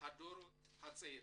הדורות הצעירים.